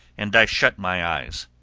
and i shut my eyes.